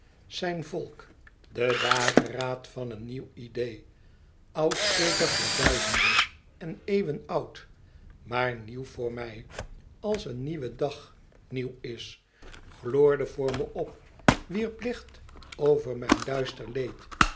zijn volk de dageraad van een nieuw idee oud zeker voor duizenden en eeuwen oud maar nieuw voor mij als een nieuwe dag nieuw is gloorde voor me op wierp licht over mijn duister leed